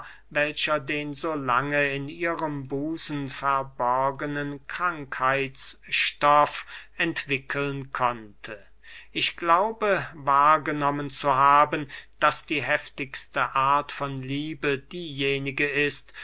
welcher den so lange in ihrem busen verborgenen krankheitsstoff entwickeln konnte ich glaube wahrgenommen zu haben daß die heftigste art von liebe diejenige ist